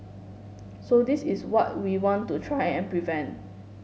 so this is what we want to try and prevent